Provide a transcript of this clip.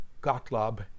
Gottlob